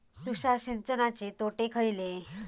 तुषार सिंचनाचे तोटे खयले?